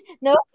no